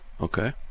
okay